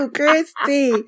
Christy